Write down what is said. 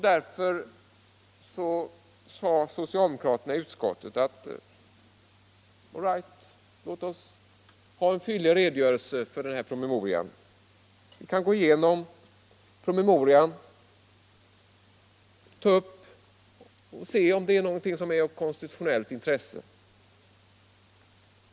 Därför sade socialdemokraterna i utskottet: Allright, låt oss få en fyllig redogörelse för den här promemorian. Vi kan gå igenom den och se om någonting är av konstitutionellt intresse.